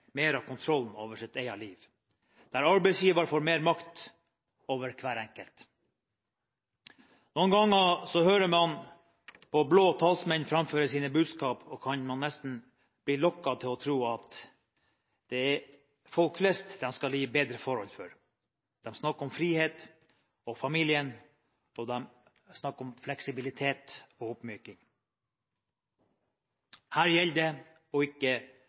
mer av kontrollen over eget liv, og der arbeidsgiver får mer makt over hver enkelt. Mange ganger når man hører blå talsmenn framføre sine budskap, kan man nesten bli lokket til å tro at det er folk flest det skal bli bedre forhold for. De snakker om frihet og familien, og de snakker om fleksibilitet og oppmyking. Her gjelder det å ikke